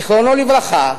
זכרו לברכה,